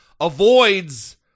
avoids